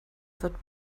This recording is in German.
wird